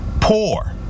Poor